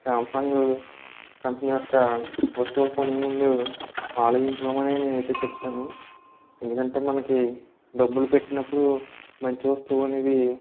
Samsung company యొక్క వస్తువులు కొనే ముందు ఆలోచించుకోమని నేనైతే చెప్తాను ఎందుకంటే మనకి డబ్బులు పెట్టినప్పుడు మంచి వస్తువు అనేది